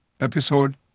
episode